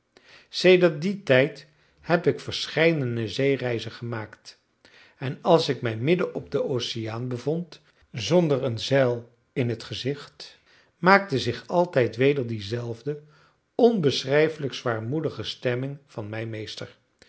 sedert dien tijd heb ik verscheidene zeereizen gemaakt en als ik mij middenop den oceaan bevond zonder een zeil in het gezicht maakte zich altijd weder diezelfde onbeschrijfelijk zwaarmoedige stemming van mij meester